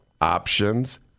options